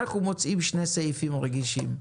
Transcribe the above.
אנחנו מוצאים שני סעיפים רגישים: